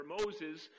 Moses